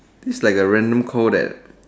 this like the random call that